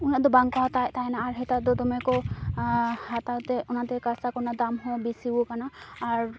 ᱩᱱᱟᱹᱜ ᱫᱚ ᱵᱟᱝ ᱠᱚ ᱦᱟᱛᱟᱣᱮᱫ ᱛᱟᱦᱮᱱᱟ ᱟᱨ ᱱᱮᱛᱟᱨ ᱫᱚ ᱫᱚᱢᱮ ᱠᱚ ᱦᱟᱛᱟᱣᱛᱮ ᱚᱱᱟᱛᱮ ᱠᱟᱥᱟ ᱠᱚᱨᱮᱱᱟᱜ ᱫᱟᱢ ᱦᱚᱸ ᱵᱤᱥᱤᱭᱟᱠᱟᱱᱟ ᱟᱨ